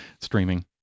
Streaming